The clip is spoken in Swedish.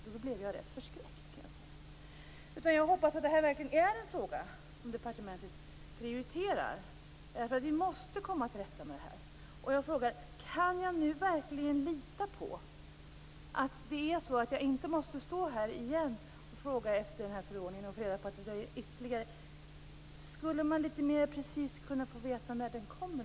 Då blev jag rätt förskräckt, kan jag säga. Jag hoppas att det här verkligen är en fråga som departementet prioriterar. Vi måste komma till rätta med det här. Jag frågar: Kan jag nu verkligen lita på att jag inte måste stå här igen och fråga efter den här förordningen och få reda på att det dröjer ytterligare tid? Skulle man litet mer precist kunna få veta när den kommer?